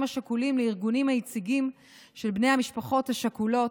השכולים לארגונים היציגים של בני המשפחות השכולות,